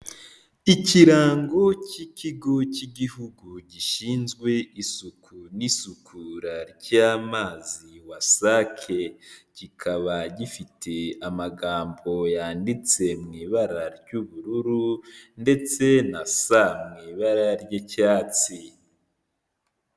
Ikirango cy'ikigo cy'igihugu gishinzwe isuku n'isukura ry'amazi wasake kikaba gifite amagambo yanditse mu ibara ry'ubururu ndetse n'asa mu ibara ry'icyatsi.